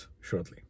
shortly